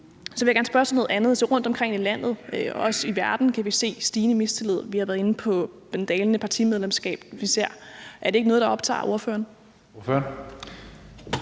Så vil jeg gerne spørge til noget andet, for rundtomkring i landet, også i verden, kan vi se stigende mistillid; vi har været inde på det dalende partimedlemskab især. Er det ikke noget, der optager ordføreren?